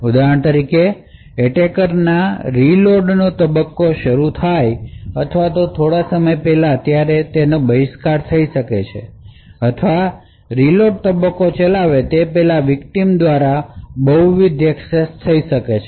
ઉદાહરણ તરીકે એટેકર ના ફરીથી લોડનો તબક્કો થાય છે અથવા થોડો સમય પહેલા ત્યારે બહિષ્કાર થઈ શકે છે અથવા રીલોડ તબક્કો ચલાવે તે પહેલા વિકટીમ દ્વારા બહુવિધ એક્સેસ થઈ શકે છે